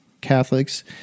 Catholics